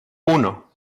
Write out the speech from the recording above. uno